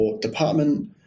department